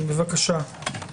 בבקשה.